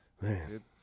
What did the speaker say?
Man